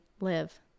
live